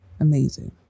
amazing